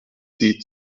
sie